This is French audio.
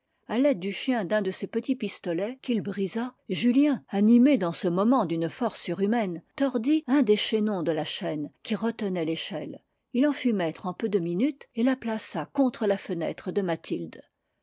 a l'aide du chien d'un de ses petits pistolets qu'il brisa julien animé dans ce moment d'une force surhumaine tordit un des chaînons de la chaîne qui retenait l'échelle il en fut maître en peu de minutes et la plaça contre la fenêtre de mathilde